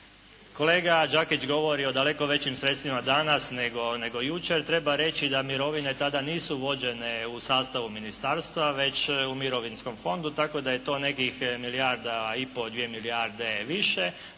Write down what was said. kolega Đakić govori o daleko većim sredstvima danas nego jučer, treba reći da mirovine tada nisu vođene u sastavu ministarstva već u Mirovinskom fondu tako da je to nekih milijarda i pol, 2 milijarde više